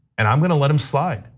and i'm gonna let them slide.